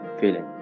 feeling